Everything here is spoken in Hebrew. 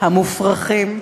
המופרכים,